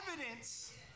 evidence